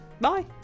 bye